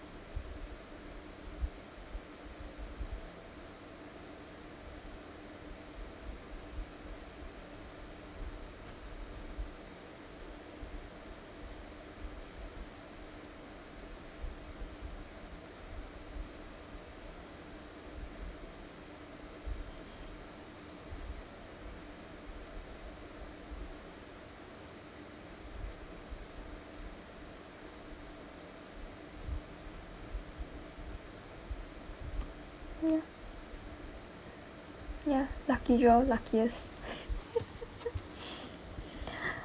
ya ya lucky draw luckiest